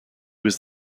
was